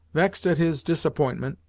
vexed at his disappointment,